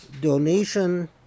donation